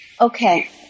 Okay